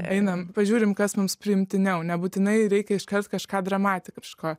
einam pažiūrim kas mums priimtiniau nebūtinai reikia iškart kažką dramatiško